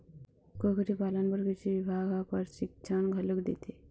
कुकरी पालन बर कृषि बिभाग ह परसिक्छन घलोक देथे